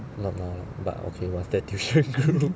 not now lah but okay what's that tuition group